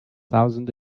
thousand